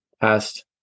past